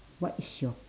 what is your